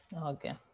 Okay